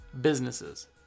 businesses